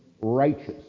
righteous